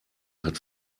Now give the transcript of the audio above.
hat